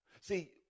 See